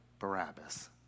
Barabbas